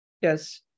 Yes